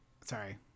sorry